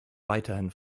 weiterhin